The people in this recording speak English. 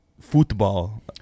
football